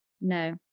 No